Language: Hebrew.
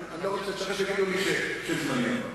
אני לא רוצה שיגידו לי אחר כך שזמני עבר.